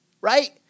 right